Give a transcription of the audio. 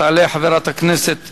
תעלה חברת הכנסת